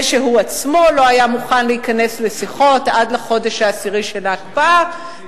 זה שהוא עצמו לא היה מוכן להיכנס לשיחות עד לחודש העשירי של ההקפאה,